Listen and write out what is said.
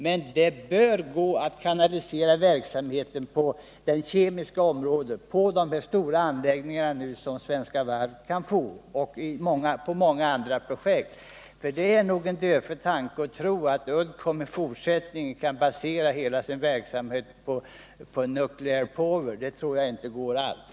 Men det bör gå att kanalisera verksamheten till det kemiska området — de där stora anläggningarna som Svenska Varv skall få, och många andra projekt. Det är nog en dödfödd tanke att tro att Uddcomb i fortsättningen kan basera hela sin verksamhet på nuclear power. Det tror jag inte går alls.